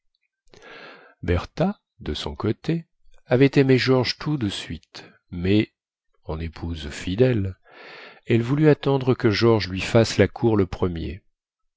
bertha de son côté avait aimé george tout de suite mais en épouse fidèle elle voulut attendre que george lui fasse la cour le premier